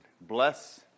bless